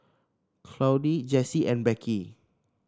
Claudie Jessie and Becky